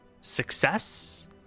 success